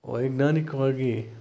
ವೈಜ್ಞಾನಿಕವಾಗಿ